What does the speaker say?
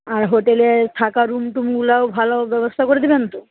আর হোটেলে থাকার রুম টুমগুলোও ভালো ব্যবস্থা করে দেবেন তো